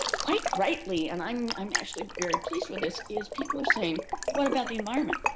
quite rightly, and i'm i'm actually very pleased with this, is people are saying what about the environment?